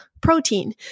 protein